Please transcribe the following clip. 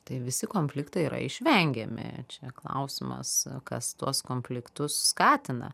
tai visi konfliktai yra išvengiami čia klausimas kas tuos konfliktus skatina